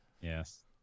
yes